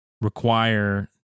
require